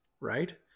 right